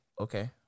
okay